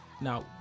now